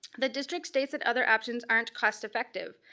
the district states that other options aren't cost effective.